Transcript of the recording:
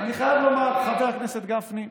אני חייב לומר, חבר הכנסת גפני,